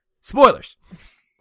spoilers